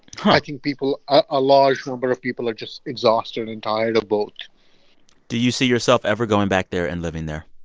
i think people a large number of people are just exhausted and tired of both do you see yourself ever going back there and living there?